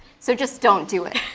so just don't do it.